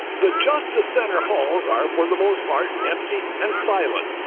the justice center holes are for the most part empty and silent.